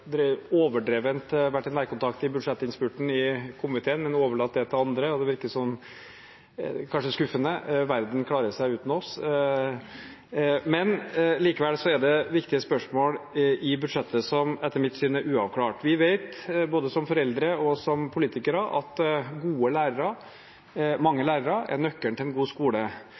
vært i nærkontakt med budsjettinnspurten i komiteen, men overlatt det til andre. Kanskje skuffende, verden klarer seg uten oss! Men det er likevel viktige spørsmål i budsjettet som etter mitt syn er uavklart. Vi vet både som foreldre og som politikere at gode lærere og mange lærere er nøkkelen til en god skole.